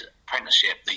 apprenticeship